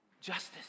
justice